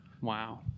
Wow